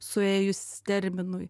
suėjus terminui